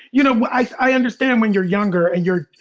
you know, i understand when you're younger and you're,